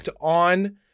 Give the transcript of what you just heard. on